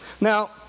Now